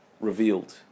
revealed